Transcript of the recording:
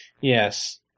Yes